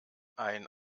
ein